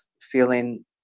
feeling